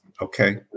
okay